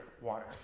water